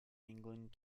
england